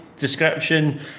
description